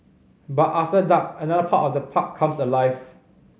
but after dark another part of the park comes alive